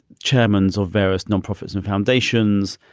chairmans of various nonprofits and foundations,